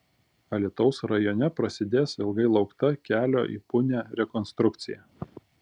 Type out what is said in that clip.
alytaus rajone prasidės ilgai laukta kelio į punią rekonstrukcija